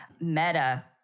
Meta